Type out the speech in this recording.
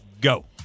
go